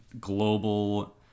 global